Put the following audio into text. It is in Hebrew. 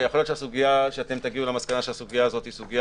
ויכול להיות שתגיעו למסקנה שהסוגיה הזאת היא סוגיה